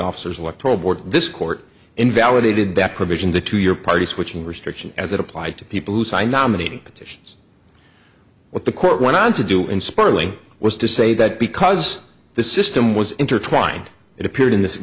officers electoral board this court invalidated that provision due to your party switching restriction as it applied to people who sign nominating petitions what the court went on to do in sperling was to say that because the system was intertwined it appeared in this in